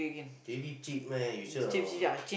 J_B cheap meh you sure or not